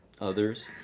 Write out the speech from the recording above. others